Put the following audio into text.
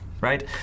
Right